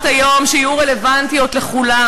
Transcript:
היום הרבה הצעות שיהיו רלוונטיות לכולם.